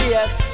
Yes